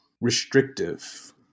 restrictive